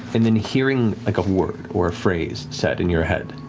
and then hearing like a word or a phrase said in your head,